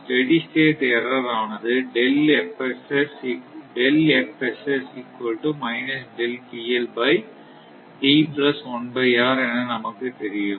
steady state error ஆனது என நமக்குத் தெரியும்